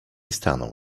stanął